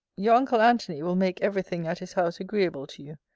your uncle antony will make ever thing at his house agreeable to you.